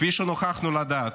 כפי שנוכחנו לדעת.